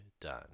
done